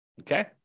okay